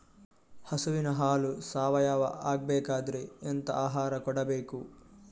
ಹಸುವಿನ ಹಾಲು ಸಾವಯಾವ ಆಗ್ಬೇಕಾದ್ರೆ ಎಂತ ಆಹಾರ ಕೊಡಬೇಕು?